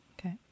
Okay